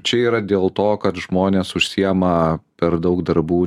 čia yra dėl to kad žmonės užsiema per daug darbų